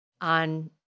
on